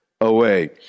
away